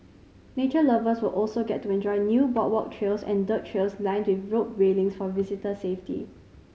nature lovers will also get to enjoy new boardwalk trails and dirt trails lined with rope railings for visitor safety